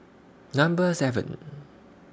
Number seven